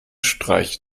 streiche